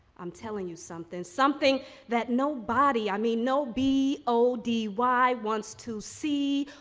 i'm telling you something. something that nobody, i mean, no b o d y wants to see,